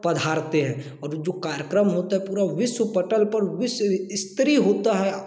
पधारते हैं और वो जो कार्यक्रम होता है पूरा विश्वपटल पर विश्व स्तरीय होता है